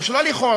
או לא לכאורה,